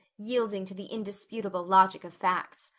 yielding to the indisputable logic of facts.